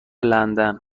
لندن